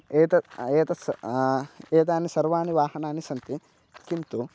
एतद् एतस्य एतानि सर्वानि वाहनानि सन्ति किन्तु